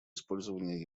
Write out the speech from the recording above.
использования